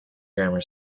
grammar